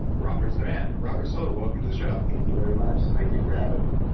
robert's the man. robert soler welcome to the show thank you very much. thank you for having me.